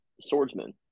swordsman